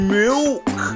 milk